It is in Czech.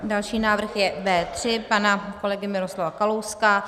Další návrh je B3 pana kolegy Miroslava Kalouska.